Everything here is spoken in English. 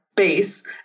base